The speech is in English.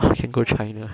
we can go china